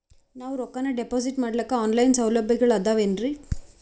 ನಾವು ರೊಕ್ಕನಾ ಡಿಪಾಜಿಟ್ ಮಾಡ್ಲಿಕ್ಕ ಆನ್ ಲೈನ್ ಸೌಲಭ್ಯಗಳು ಆದಾವೇನ್ರಿ?